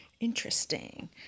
Interesting